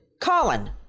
Colin